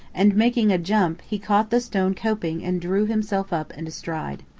and, making a jump, he caught the stone coping and drew himself up and astride.